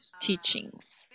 teachings